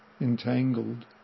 entangled